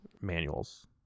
Manuals